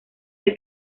del